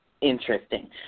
interesting